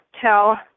tell